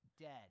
dead